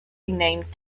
renamed